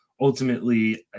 ultimately